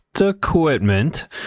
equipment